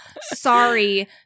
sorry